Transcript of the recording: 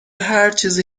هرچیزی